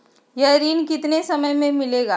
यह ऋण कितने समय मे मिलेगा?